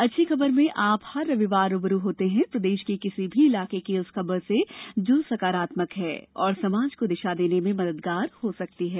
अच्छी खबर में आप हर रविवार रू ब रू होते हैं प्रदेश के किसी भी इलाके की उस खबर से जो सकारात्मक है और समाज को दिशा देने में मददगार हो सकती है